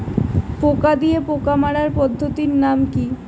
পোকা দিয়ে পোকা মারার পদ্ধতির নাম কি?